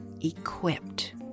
equipped